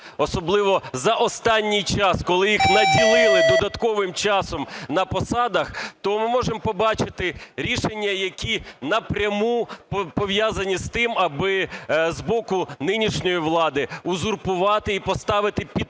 особливо за останній час, коли їх наділили додатковим часом на посадах, то ми можемо побачити рішення, які напряму пов'язані з тим, аби з боку нинішньої влади узурпувати і поставити під